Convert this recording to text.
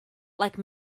like